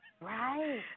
Right